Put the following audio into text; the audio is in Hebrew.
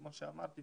כמו שאמרתי,